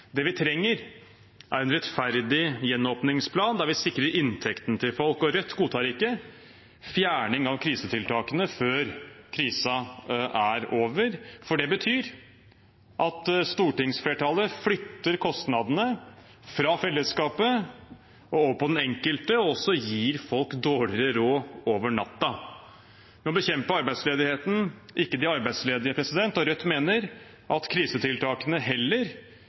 Det vi trenger, er en rettferdig gjenåpningsplan der vi sikrer inntekten til folk. Rødt godtar ikke fjerning av krisetiltakene før krisen er over, for det betyr at stortingsflertallet flytter kostnadene fra fellesskapet og over på den enkelte, og også gir folk dårligere råd over natten. Vi må bekjempe arbeidsledigheten, ikke de arbeidsledige, og Rødt mener at krisetiltakene bør gjøres til en varig styrking av sikkerhetsnettet heller